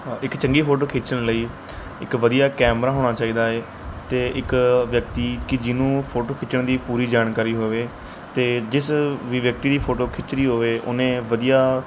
ਇੱਕ ਚੰਗੀ ਫੋਟੋ ਖਿੱਚਣ ਲਈ ਇੱਕ ਵਧੀਆ ਕੈਮਰਾ ਹੋਣਾ ਚਾਹੀਦਾ ਏ ਅਤੇ ਇੱਕ ਵਿਅਕਤੀ ਕਿ ਜਿਹਨੂੰ ਫੋਟੋ ਖਿੱਚਣ ਦੀ ਪੂਰੀ ਜਾਣਕਾਰੀ ਹੋਵੇ ਅਤੇ ਜਿਸ ਵੀ ਵਿਅਕਤੀ ਦੀ ਫੋਟੋ ਖਿੱਚ ਰਹੀ ਹੋਵੇ ਉਹਨੇ ਵਧੀਆ